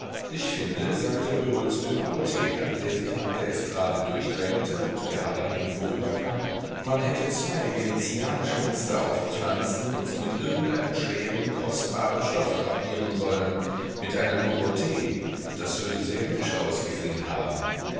ich finde sagte lheureux zu dem apotheker der sich nach der estrade durchdrängelte und gerade an ihm vorüberkam man hätte zwei venezianische maste aufpflanzen und sie mit irgendeinem schweren kostbaren stoff drapieren sollen mit einer nouveaut das würde sehr hübsch ausgesehen haben